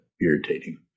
irritating